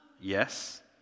Yes